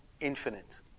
infinite